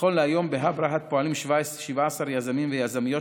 נכון להיום בהאב רהט פועלים 17 יזמים ויזמיות,